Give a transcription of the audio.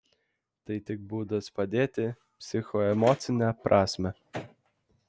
tai tik būdas padėti psichoemocine prasme